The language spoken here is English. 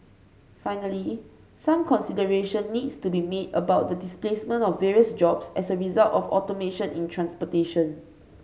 finally some consideration needs to be made about the displacement of various jobs as a result of automation in transportation